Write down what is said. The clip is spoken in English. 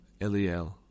Eliel